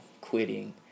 quitting